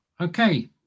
okay